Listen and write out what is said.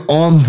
on